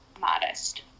modest